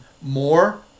more